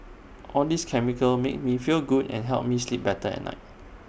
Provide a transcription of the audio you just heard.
all these chemicals make me feel good and help me sleep better at night